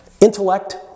intellect